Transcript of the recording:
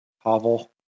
hovel